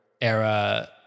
era